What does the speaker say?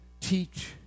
teach